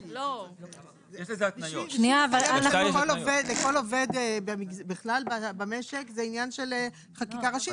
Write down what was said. לכל עובד בכלל במשק, זה עניין של חקיקה ראשית.